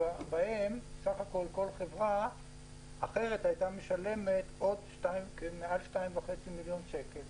בסך הכול כל חברה הייתה משלמת עוד 2.3 מיליון שקלים